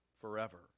forever